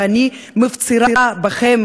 ואני מפצירה בכם,